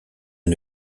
une